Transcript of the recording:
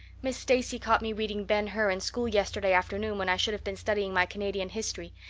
miss stacy caught me reading ben hur in school yesterday afternoon when i should have been studying my canadian history.